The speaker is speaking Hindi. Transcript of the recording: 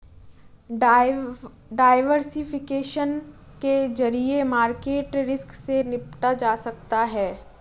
डायवर्सिफिकेशन के जरिए मार्केट रिस्क से निपटा जा सकता है